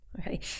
Okay